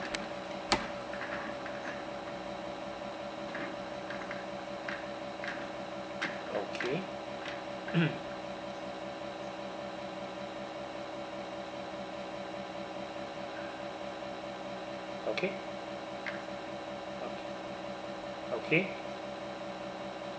okay okay okay